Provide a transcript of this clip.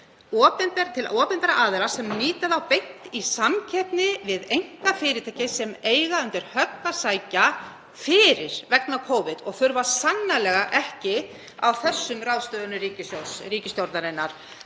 renni til opinberra aðila sem nýti þá beint í samkeppni við einkafyrirtæki sem eiga undir högg að sækja fyrir vegna Covid og þurfa sannarlega ekki á slíkum ráðstöfunum ríkisstjórnarinnar